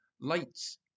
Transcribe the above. lights